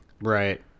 Right